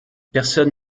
personne